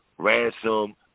Ransom